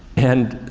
and,